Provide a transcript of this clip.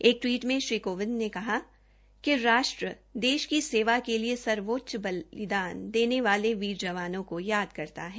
एक टवीट मे श्री कोविंद ने कहा कि राष्ट्र देश की सेवा के लिए सर्वोच्च बलिदान देने वाले वीर जवानों को याद करता है